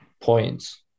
points